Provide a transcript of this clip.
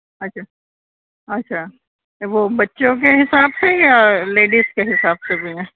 اچھا اچھا وہ بچوں کے حساب سے یا لیڈیز کے حساب سے بھی ہیں